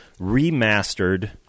remastered